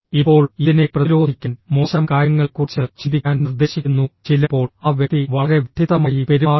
ഇപ്പോൾ ഇതിനെ പ്രതിരോധിക്കാൻ മോശം കാര്യങ്ങളെക്കുറിച്ച് ചിന്തിക്കാൻ നിർദ്ദേശിക്കുന്നു ചിലപ്പോൾ ആ വ്യക്തി വളരെ വിഡ്ഢിത്തമായി പെരുമാറും